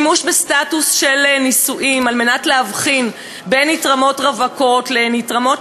השימוש בסטטוס של נישואים על מנת להבחין בין נתרמות רווקות לנתרמות